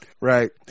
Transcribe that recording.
Right